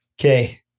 Okay